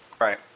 right